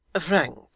Frank